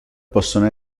possono